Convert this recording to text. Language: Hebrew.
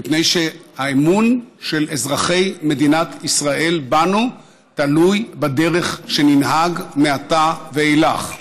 מפני שהאמון של אזרחי מדינת ישראל בנו תלוי בדרך שננהג מעתה ואילך.